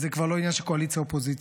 זה כבר לא עניין של קואליציה אופוזיציה